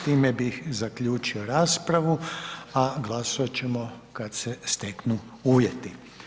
Time bih zaključio raspravu, a glasovat ćemo kad se steknu uvjeti.